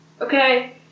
Okay